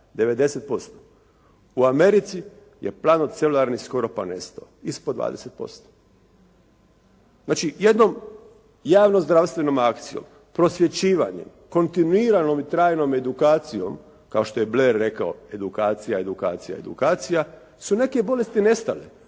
90%. U Americi je plano celularni skoro pa nestao, ispod 20%. Znači, jednom javno-zdravstvenom akcijom, prosvjećivanjem, kontinuiranom i trajnom edukacijom kao što je Blair rekao edukacija, edukacija, edukacija su neke bolesti nestale.